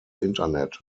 internet